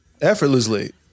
effortlessly